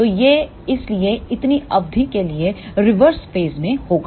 तो यह इसलिए इतनी अवधि केलिए रिवर्स फेस में होगा